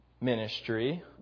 ministry